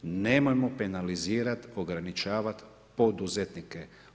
Nemojmo penalizirat, ograničavat poduzetnike.